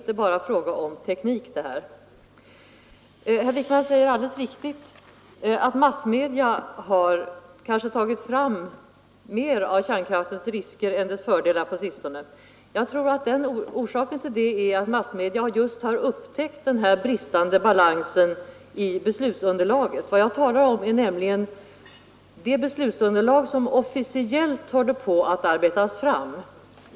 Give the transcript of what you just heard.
Herr Wijkman säger alldeles riktigt att massmedia kanske har tagit fram mer av kärnkraftens risker än av dess fördelar på sistone. Jag tror att orsaken till det är att massmedia just har upptäckt den bristande balansen i det beslutsunderlag som officiellt håller på att arbetas fram.